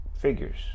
figures